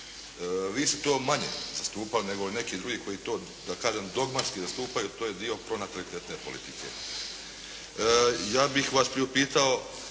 Vi ste to manje zastupali nego neki drugi koji to da kažem dogmatski zastupaju to je dio pronatalitetne politike. Ja bih vas priupitao